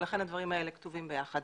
לכן הדברים האלה כתובים יחד.